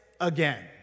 again